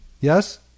Yes